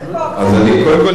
קודם כול,